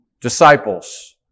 disciples